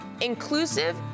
inclusive